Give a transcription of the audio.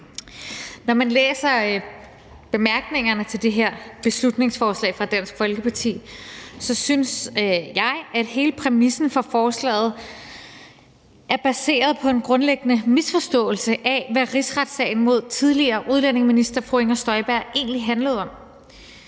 Når jeg læser bemærkningerne til det her beslutningsforslag fra Dansk Folkeparti, synes jeg, at hele præmissen for forslaget er baseret på en grundlæggende misforståelse af, hvad rigsretssagen mod tidligere udlændinge- og integrationsminister fru Inger Støjberg egentlig handlede om.